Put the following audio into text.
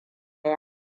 yi